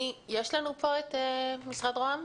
יש פה נציג של משרד ראש הממשלה?